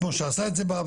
כמו שעשה את זה בעבר,